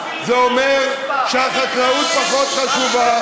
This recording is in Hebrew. זה אומר שהחקלאות פחות חשובה.